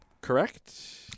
correct